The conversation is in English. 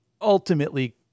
ultimately